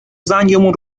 زنگمون